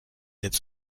its